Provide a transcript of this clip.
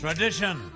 Tradition